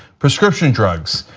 prescription drugs.